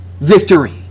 victory